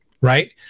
right